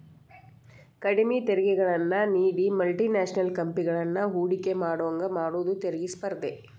ಕಡ್ಮಿ ತೆರಿಗೆಗಳನ್ನ ನೇಡಿ ಮಲ್ಟಿ ನ್ಯಾಷನಲ್ ಕಂಪೆನಿಗಳನ್ನ ಹೂಡಕಿ ಮಾಡೋಂಗ ಮಾಡುದ ತೆರಿಗಿ ಸ್ಪರ್ಧೆ